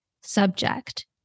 subject